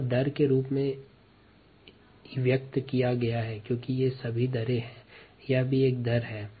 यहाँ सभी गणना दर के रूप में व्यक्त किया गया है